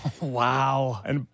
wow